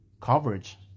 coverage